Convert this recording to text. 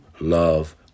love